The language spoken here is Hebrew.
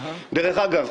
דרך אגב,